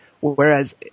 Whereas